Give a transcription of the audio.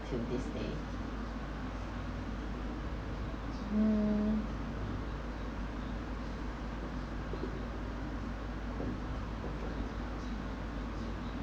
till this day mm